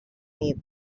nit